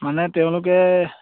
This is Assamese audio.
মানে তেওঁলোকে